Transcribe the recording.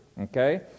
Okay